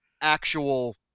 actual